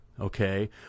okay